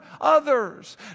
others